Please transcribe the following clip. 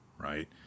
right